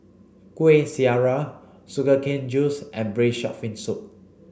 Kuih Syara sugar cane juice and braised shark fin soup